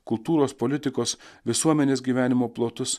kultūros politikos visuomenės gyvenimo plotus